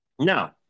no